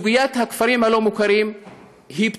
סוגיית הכפרים הלא-מוכרים היא פתירה,